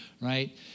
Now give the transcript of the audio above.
right